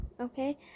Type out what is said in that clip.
okay